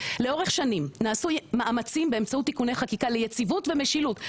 לאורך שנים נעשו מאמצים באמצעות תיקוני חקיקה ליציבות ומשילות,